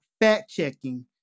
fact-checking